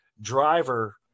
driver